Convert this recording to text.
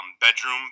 bedroom